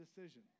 decision